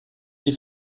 die